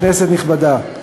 כנסת נכבדה,